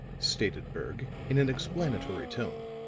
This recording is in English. stated berg in an explanatory tone.